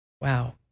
Wow